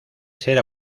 ser